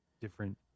different